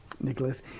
Nicholas